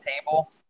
table